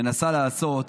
מנסה לעשות